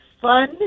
fun